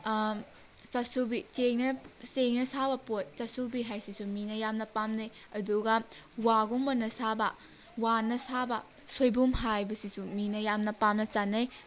ꯆꯥꯁꯨꯕꯤ ꯆꯦꯡꯅ ꯆꯦꯡꯅ ꯁꯥꯕ ꯄꯣꯠ ꯆꯥꯁꯨꯕꯤ ꯍꯥꯏꯁꯤꯁꯨ ꯃꯤꯅ ꯌꯥꯝꯅ ꯄꯥꯝꯅꯩ ꯑꯗꯨꯒ ꯋꯥꯒꯨꯝꯕꯅ ꯁꯥꯕ ꯋꯥꯅ ꯁꯥꯕ ꯁꯣꯏꯕꯨꯝ ꯍꯥꯏꯕꯁꯤꯁꯨ ꯃꯤꯅ ꯌꯥꯝꯅ ꯄꯥꯝꯅ ꯆꯥꯅꯩ